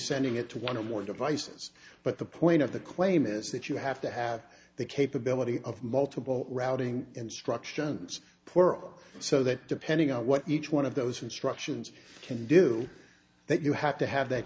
sending it to one of your devices but the point of the claim is that you have to have the capability of multiple routing instructions for so that depending on what each one of those instructions can do that you have to have that